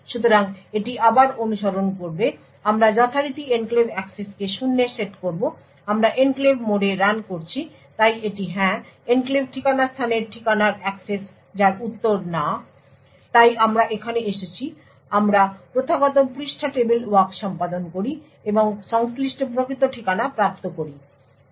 সুতরাং এটি আবার অনুসরণ করবেআমরা যথারীতি এনক্লেভ অ্যাক্সেসকে শূন্যে সেট করব আমরা এনক্লেভ মোডে রান করছি তাই এটি হ্যাঁ এনক্লেভ ঠিকানা স্থানের ঠিকানার অ্যাক্সেস যার উত্তর না তাই আমরা এখানে এসেছি আমরা প্রথাগত পৃষ্ঠা টেবিল ওয়াক সম্পাদন করি এবং সংশ্লিষ্ট প্রকৃত ঠিকানা প্রাপ্ত করি